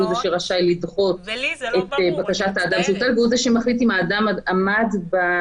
הוא זה שרשאי לדחות את בקשת האדם -- אודיה,